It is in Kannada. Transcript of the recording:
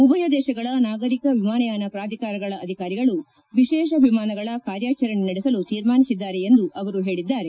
ಉಭಯ ದೇಶಗಳ ನಾಗರಿಕ ವಿಮಾನಯಾನ ಪ್ರಾಧಿಕಾರಗಳ ಅಧಿಕಾರಿಗಳು ವಿಶೇಷ ವಿಮಾನಗಳ ಕಾರ್ಯಾಚರಣೆ ನಡೆಸಲು ತೀರ್ಮಾನಿಸಿದ್ದಾರೆ ಎಂದು ಅವರು ಹೇಳಿದ್ದಾರೆ